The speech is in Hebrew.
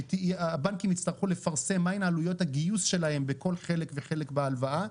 שהבנקים יצטרכו לפרסם מה הן עלויות הגיוס שלהם בכל חלק וחלק בהלוואה,